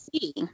see